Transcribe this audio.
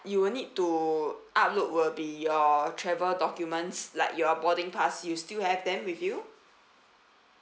you will need to upload will be your travel documents like your boarding pass you still have them with you